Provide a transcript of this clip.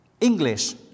English